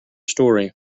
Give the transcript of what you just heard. story